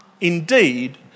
indeed